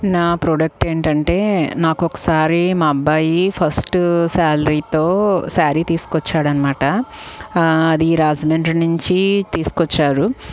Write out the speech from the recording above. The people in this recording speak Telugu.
నా ప్రోడక్ట్ ఏంటంటే నాకొకసారి మా అబ్బాయి ఫస్ట్ సాలరీతో శారీ తీసుకొచ్చాడు అన్నమాట అది రాజమండ్రి నుంచి తీసుకొచ్చారు